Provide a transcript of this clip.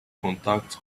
contact